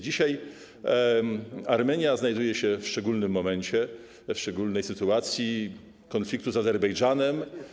Dzisiaj Armenia znajduje się w szczególnym momencie, w szczególnej sytuacji konfliktu z Azerbejdżanem.